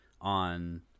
on